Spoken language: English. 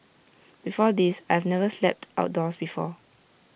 before this I've never slept outdoors before